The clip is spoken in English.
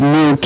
New